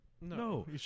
No